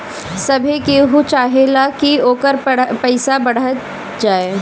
सभे केहू चाहेला की ओकर पईसा बढ़त जाए